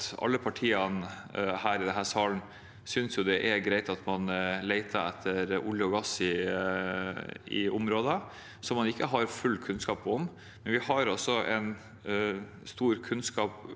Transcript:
alle partiene her i salen synes det er greit at man leter etter olje og gass i områder som man ikke har full kunnskap om. Men vi har stor kunnskap